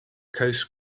coast